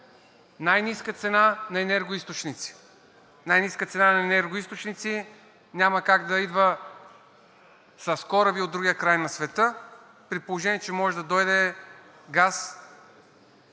най-ниска цена на енергоизточници. Най-ниската цена на енергоизточници няма как да идва с кораби от другия край на света, при положение че може да дойде газ